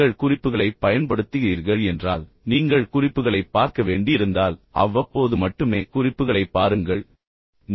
நீங்கள் குறிப்புகளைப் பயன்படுத்துகிறீர்கள் என்றால் நீங்கள் குறிப்புகளைப் பார்க்க வேண்டியிருந்தால் அவ்வப்போது மட்டுமே குறிப்புகளைப் பாருங்கள் என்ன அர்த்தம்